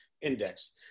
index